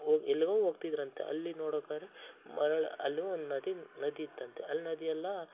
ಒ ಎಲ್ಲಿಗೋ ಹೋಗ್ತಿದ್ರಂತೆ ಅಲ್ಲಿ ನೋಡ್ಬೇಕಾರೆ ಮರಳು ಅಲ್ಲೂ ನದಿ ನದಿ ಇತ್ತಂತೆ ಅಲ್ಲಿ ನದಿಯೆಲ್ಲ